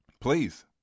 please